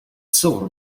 silver